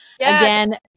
again